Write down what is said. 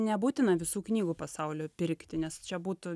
nebūtina visų knygų pasaulio pirkti nes čia būtų